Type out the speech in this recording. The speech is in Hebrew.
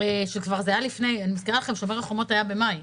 מזכירה לכם ש"שומר החומות" היה במאי,